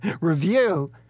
review